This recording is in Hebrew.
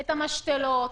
את המשתלות,